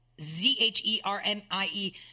Z-H-E-R-M-I-E